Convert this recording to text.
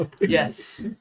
Yes